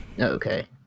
Okay